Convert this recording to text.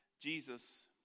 Jesus